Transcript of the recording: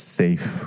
safe